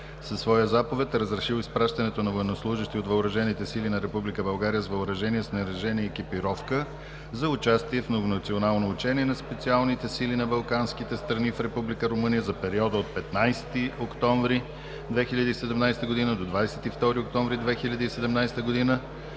със своя заповед е разрешил изпращането на военнослужещи от Въоръжените сили на Република България с въоръжение, снаряжение и екипировка за участие в Многонационално учение на специалните сили на Балканските страни в Република Румъния за периода от 15 октомври 2017 г. до 22 октомври 2017 г.